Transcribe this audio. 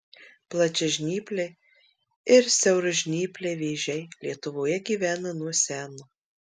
plačiažnypliai ir siauražnypliai vėžiai lietuvoje gyvena nuo seno